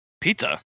pizza